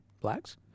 blacks